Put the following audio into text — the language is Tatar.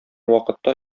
вакытта